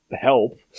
help